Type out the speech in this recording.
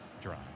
drive